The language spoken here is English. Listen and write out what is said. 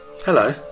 Hello